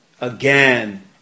again